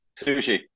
Sushi